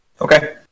Okay